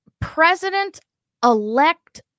President-elect